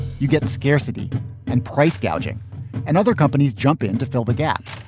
you get scarcity and price gouging and other companies jump in to fill the gap.